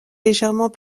légèrement